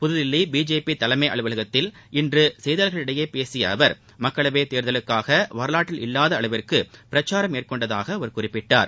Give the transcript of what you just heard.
புதுதில்லி BJP தலைமை அலுவலகத்தில் இன்று செய்தியாளர்களிடம் பேசிய அவர் மக்களவைத் தேர்தலுக்காக வரலாற்றில் இல்லாத அளவிற்கு பிரச்சாரம் மேற்கொண்டதாக குறிப்பிட்டார்